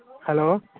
hello